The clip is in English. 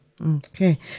Okay